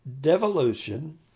devolution